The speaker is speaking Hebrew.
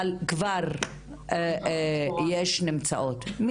אבל כבר יש נמצאות.